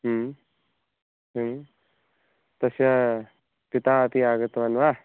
तस्य पिता अपि आगतवान् वा